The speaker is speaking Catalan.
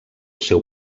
seu